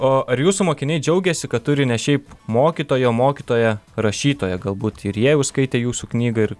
o ar jūsų mokiniai džiaugiasi kad turi ne šiaip mokytoją o mokytoją rašytoją galbūt ir jie jau skaitė jūsų knygą ir